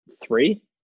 three